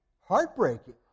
heartbreaking